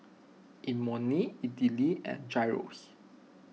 Imoni Idili and Gyros